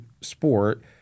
sport